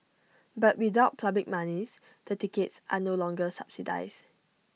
but without public monies the tickets are no longer subsidise